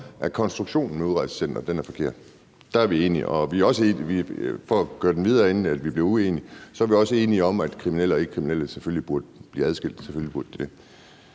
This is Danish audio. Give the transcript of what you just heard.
at konstruktionen med udrejsecentrene er forkert. Der er vi enige, og for at køre den videre, inden vi bliver uenige, så er vi også enige om, at kriminelle og ikkekriminelle selvfølgelig burde blive adskilt.